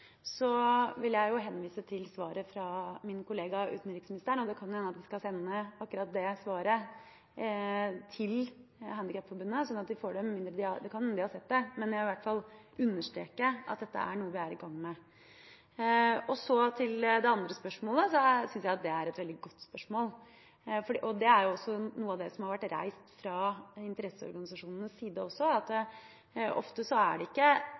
så de får det, med mindre de har sett det. Jeg vil i hvert fall understreke at dette er noe vi er i gang med. Til det andre spørsmålet: Jeg synes det er et veldig godt spørsmål. Noe av det har vært reist fra interesseorganisasjonenes side også, at det ofte ikke er enkeltpersonene som har feil og mangler ved seg, men samfunnet og det at vi ikke tilrettelegger for at ulike mennesker skal ha de samme mulighetene – så langt det er